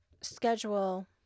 schedule